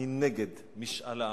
אני נגד משאל העם.